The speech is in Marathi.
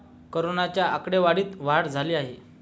कोरोनाच्या आकडेवारीत वाढ झाली आहे